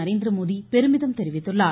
நரேந்திரமோடி பெருமிதம் தெரிவித்துள்ளார்